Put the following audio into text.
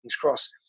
Cross